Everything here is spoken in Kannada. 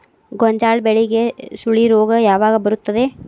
ಗೋಂಜಾಳ ಬೆಳೆಗೆ ಸುಳಿ ರೋಗ ಯಾವಾಗ ಬರುತ್ತದೆ?